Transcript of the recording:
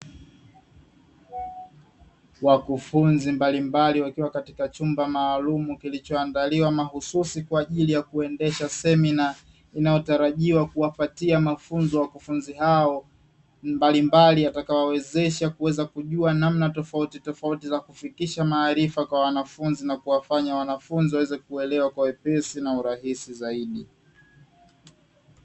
Wakufunzi mbalimbali wakiwa katika chumba maalumu kilichoandaliwa mahususi kwa ajili ya kuendesha semina, inayotarajiwa kuwapatia mafunzo wakufunzi hao mbalimbali, yatakayo wawezesha kuweza kujua namna tofautu tofauti za kufikisha maarifa kwa wanafunzi na kuwafanya wanafunzi waweze kuelewa kwa wepesi na urahisi zaidi.